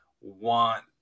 want